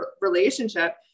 relationship